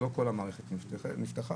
לא כל המערכת נפתחה.